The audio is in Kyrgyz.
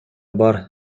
бар